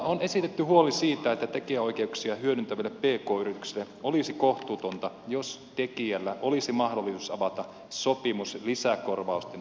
on esitetty huoli siitä että tekijänoikeuksia hyödyntäville pk yrityksille olisi kohtuutonta jos tekijällä olisi mahdollisuus avata sopimus lisäkorvausten toivossa